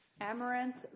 Amaranth